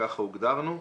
ככה הוגדרנו,